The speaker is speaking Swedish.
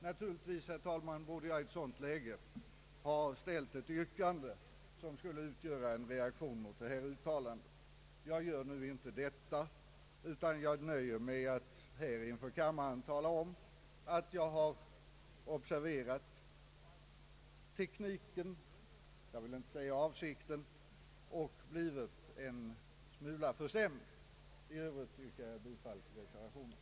Naturligtvis, herr talman, borde jag i ett sådant läge ställa ett yrkande som skulle utgöra en reaktion mot detta uttalande, Jag gör nu inte det, utan jag nöjer mig med att här inför kammaren tala om att jag har ob serverat tekniken — jag vill inte säga avsikten — och blivit en smula förstämd. I övrigt yrkar jag bifall till reservationen.